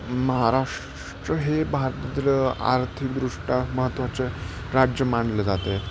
महाराष्ट्र हे भारतातील आर्थिकदृष्ट्या महत्त्वाचे राज्य मानले जाते